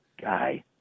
guy